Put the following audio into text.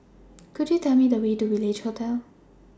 Could YOU Tell Me The Way to Village Hotel